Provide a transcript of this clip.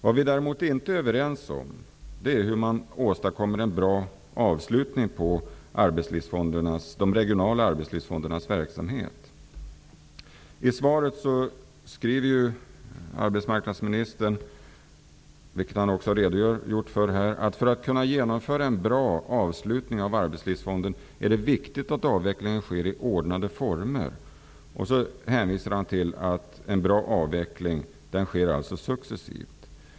Vad vi däremot inte är överens om är hur man åstadkommer en bra avslutning på de regionala arbetslivsfondernas verksamhet. I svaret skriver arbetsmarknadsministern, vilket han också redogjort för här: ''För att kunna genomföra en bra avslutning av Arbetslivsfonden är det viktigt att avvecklingen sker i ordnade former.'' Sedan hänvisar han till att en bra avveckling sker successivt.